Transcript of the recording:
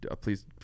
please